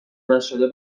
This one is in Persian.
نشده